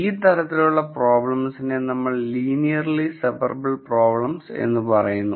ഈ തരത്തിലുള്ള പ്രോബ്ലെംസിനെ നമ്മൾ ലീനിയർലി സെപ്പറബിൾ പ്രോബ്ലംസ് എന്ന് പറയുന്നു